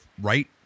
right